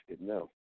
no